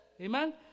Amen